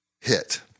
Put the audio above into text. hit